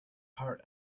heart